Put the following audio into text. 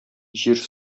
җир